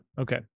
Okay